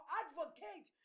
advocate